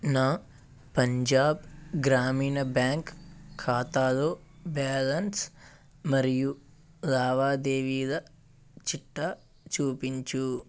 నా పంజాబ్ గ్రామీణ బ్యాంక్ ఖాతాలో బ్యాలన్స్ మరియు లావాదేవీల చిట్టా చూపించు